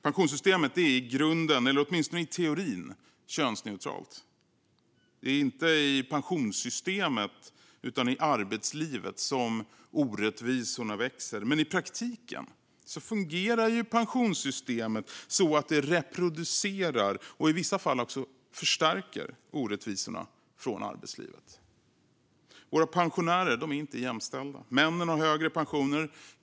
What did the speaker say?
Pensionssystemet är i grunden, eller åtminstone i teorin, könsneutralt. Det är inte i pensionssystemet, utan i arbetslivet, som orättvisorna växer. Men i praktiken fungerar ju pensionssystemet så att det reproducerar, och i vissa fall förstärker, orättvisorna från arbetslivet. Våra pensionärer är inte jämställda. Männen har högre pensioner.